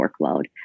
workload